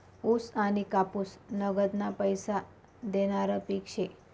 ऊस आनी कापूस नगदना पैसा देनारं पिक शे